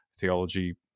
Theology